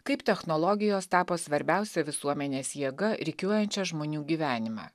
kaip technologijos tapo svarbiausia visuomenės jėga rikiuojančia žmonių gyvenimą